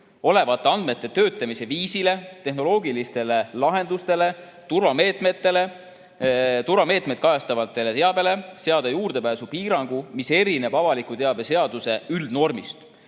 olevate andmete töötlemise viisile, tehnoloogilistele lahendustele, turvameetmetele ja turvameetmeid kajastavale teabele kehtestada juurdepääsupiirangu, mis erineb avaliku teabe seaduse üldnormist.